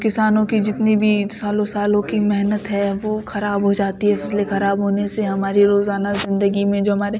کسانوں کی جتنی بھی سالوں سالوں کی محنت ہے وہ خراب ہو جاتی ہے اس لیے خراب ہونے سے ہماری روزانہ زندگی میں جو ہمارے